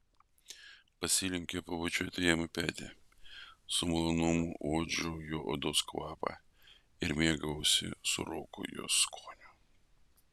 pasilenkiau pabučiuoti jam į petį su malonumu uodžiau jo odos kvapą ir mėgavausi sūroku jos skoniu